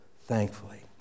thankfully